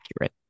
accurate